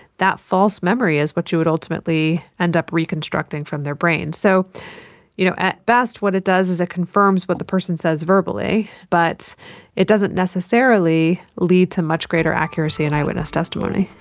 that false memory is what you would ultimately end up reconstructing from their brain. so you know at best what it does is it confirms what the person says verbally, but it doesn't necessarily lead to much greater accuracy and eyewitness testimony.